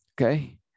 okay